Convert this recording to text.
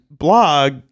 blog